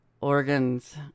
organs